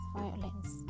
violence